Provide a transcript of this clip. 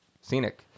scenic